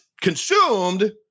consumed